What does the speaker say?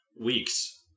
weeks